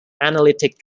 analytic